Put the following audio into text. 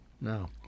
No